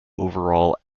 overall